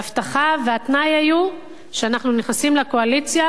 וההבטחה והתנאי היו שאנחנו נכנסים לקואליציה